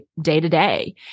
day-to-day